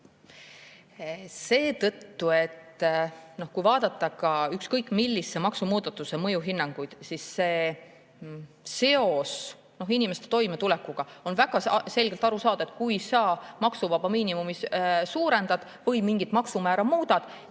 Aitäh! Kui vaadata ükskõik millise maksumuudatuse mõju hinnanguid, siis seos inimeste toimetulekuga on väga selgelt aru saada. On aru saada, et kui sa maksuvaba miinimumi suurendad või mingit maksumäära muudad,